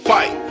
Fight